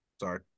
Sorry